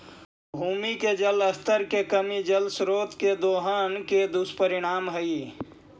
भूमि के जल स्तर के कमी जल स्रोत के दोहन के दुष्परिणाम हई